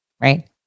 right